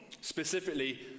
specifically